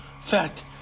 Fact